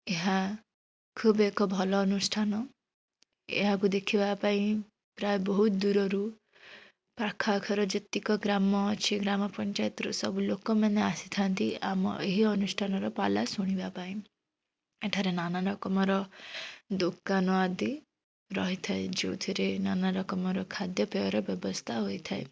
ଏହା ଖୁବ୍ ଏକ ଭଲ ଅନୁଷ୍ଠାନ ଏହାକୁ ଦେଖିବା ପାଇଁ ପ୍ରାୟ ବହୁତ୍ ଦୂରରୁ ପାଖଆଖର ଯେତିକି ଗ୍ରାମ ଅଛି ଗ୍ରାମପଞ୍ଚାୟତରୁ ସବୁ ଲୋକମାନେ ଆସିଥାନ୍ତି ଆମ ଏହି ଅନୁଷ୍ଠାନର ପାଲା ଶୁଣିବା ପାଇଁ ଏଠାରେ ନାନା ରକମର ଦୋକାନ ଆଦି ରହିଥାଏ ଯେଉଁଥିରେ ନାନା ରକମର ଖାଦ୍ୟପେୟର ବ୍ୟବସ୍ଥା ହୋଇଥାଏ